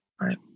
Right